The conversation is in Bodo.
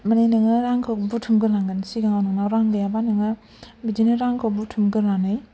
माने नोङो रांखौ बुथुम गोरनांगोन सिगांआव नोंनाव रां गैयाब्ला नोङो बिदिनो रांखौ बुथुमगोरनानै